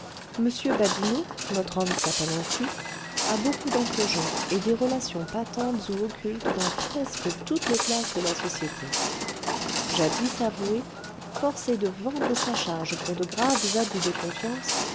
m badinot notre homme s'appelle ainsi a beaucoup d'entregent et des relations patentes ou occultes dans presque toutes les classes de la société jadis avoué forcé de vendre sa charge pour de graves abus de confiance